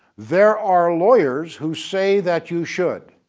there are lawyers who say that you should.